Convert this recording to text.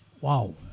Wow